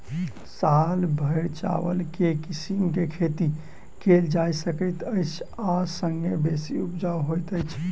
साल भैर चावल केँ के किसिम केँ खेती कैल जाय सकैत अछि आ संगे बेसी उपजाउ होइत अछि?